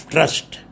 Trust